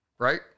Right